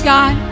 God